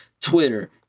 Twitter